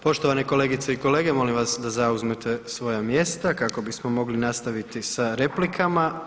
Poštovane kolegice i kolege, molim vas da zauzmete svoja mjesta kako bismo mogli nastaviti sa replikama.